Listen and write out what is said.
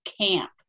camp